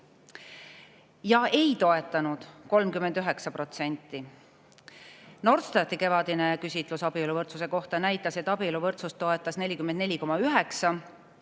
ja ei toetanud 39%. Norstati kevadine küsitlus abieluvõrdsuse kohta näitas, et abieluvõrdsust toetas 44,9%